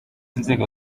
inzego